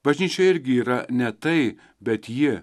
bažnyčia irgi yra ne tai bet ji